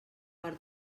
per